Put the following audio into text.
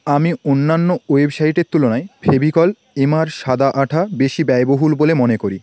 আমি অন্যান্য ওয়েবসাইটের তুলনায় ফেভিকল এমআর সাদা আঁঠা বেশি ব্যয়বহুল বলে মনে করি